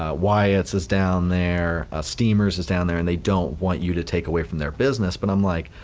ah wyatt's is down there, steamers is down there and they don't want you to take away from their business but i'm like,